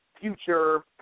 future